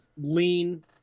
lean